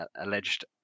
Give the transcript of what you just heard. alleged